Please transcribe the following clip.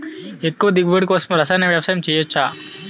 ఎక్కువ దిగుబడి కోసం రసాయన వ్యవసాయం చేయచ్చ?